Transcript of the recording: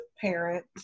parent